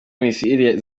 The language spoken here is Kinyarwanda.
missile